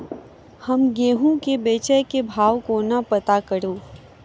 हम गेंहूँ केँ बेचै केँ भाव कोना पत्ता करू?